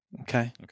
Okay